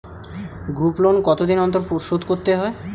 Group loan কতদিন অন্তর শোধকরতে হয়?